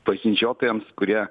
važnyčiotojams kurie